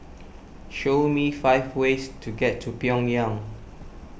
show me five ways to get to Pyongyang